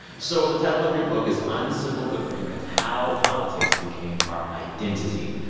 so the title of your book is uncivil agreement how politics became our identity.